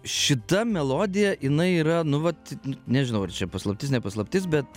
šita melodija jinai yra nu vat nežinau ar čia paslaptis ne paslaptis bet